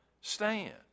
stand